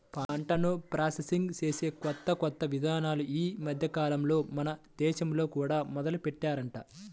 పంటను ప్రాసెసింగ్ చేసే కొత్త కొత్త ఇదానాలు ఈ మద్దెకాలంలో మన దేశంలో కూడా మొదలుబెట్టారంట